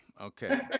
Okay